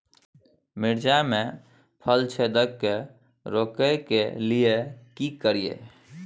मिर्चाय मे फल छेदक के रोकय के लिये की करियै?